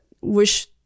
wish